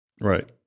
Right